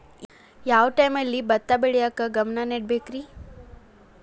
ಯಾವ್ ಟೈಮಲ್ಲಿ ಭತ್ತ ಬೆಳಿಯಾಕ ಗಮನ ನೇಡಬೇಕ್ರೇ?